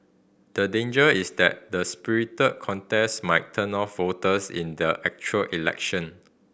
the danger is that the spirited contest might turn off voters in the actual election